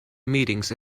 meetings